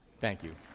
thank you.